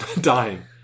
dying